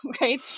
right